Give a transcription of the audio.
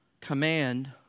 command